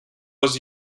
was